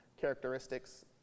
characteristics